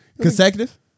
Consecutive